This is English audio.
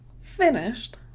finished